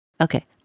Okay